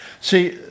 See